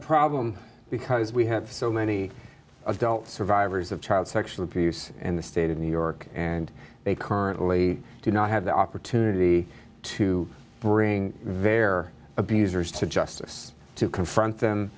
problem because we have so many adult survivors of child sexual abuse in the state of new york and they currently do not have the opportunity to bring very abusers to justice to confront them